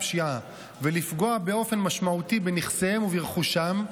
הפשיעה ולפגוע באופן משמעותי בנכסיהם וברכושם,